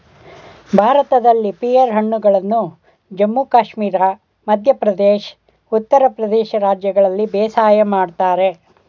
ಭಾರತದಲ್ಲಿ ಪಿಯರ್ ಹಣ್ಣುಗಳನ್ನು ಜಮ್ಮು ಕಾಶ್ಮೀರ ಮಧ್ಯ ಪ್ರದೇಶ್ ಉತ್ತರ ಪ್ರದೇಶ ರಾಜ್ಯಗಳಲ್ಲಿ ಬೇಸಾಯ ಮಾಡ್ತರೆ